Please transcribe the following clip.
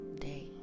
day